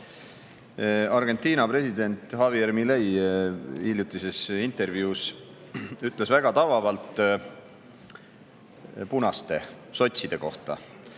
Argentina president Javier Milei ütles hiljutises intervjuus väga tabavalt punaste, sotside kohta.